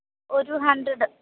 ഒരു ഹൻഡ്രഡ്